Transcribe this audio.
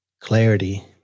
Clarity